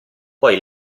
poi